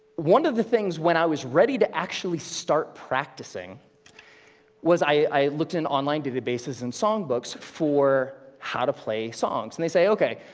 one of the things when i was ready to actually start practicing was i looked in online databases and songbooks for how to play songs. and they say, okay,